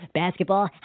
basketball